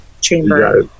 chamber